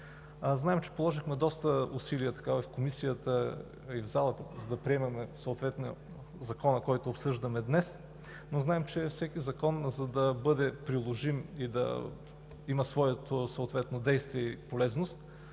Знаем, че положихме доста усилия в Комисията, а и в залата, за да приемем Закона, който обсъждаме днес. Знаем обаче, че всеки закон, за да бъде приложим и да има своето съответно действие и полезност,